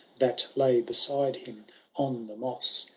that lay beside him on the moes,